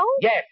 Yes